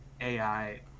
AI